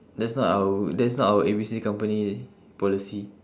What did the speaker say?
that's not our that's not our A B C company policy